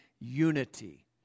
unity